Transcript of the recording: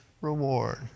reward